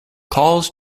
calls